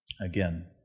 Again